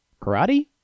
karate